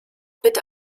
bitte